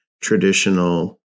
traditional